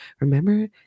remember